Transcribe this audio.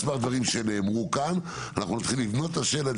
על סמך דברים שנאמרו כאן אנחנו נתחיל לבנות את השלד,